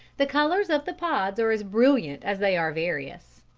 the colours of the pods are as brilliant as they are various.